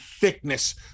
thickness